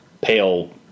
pale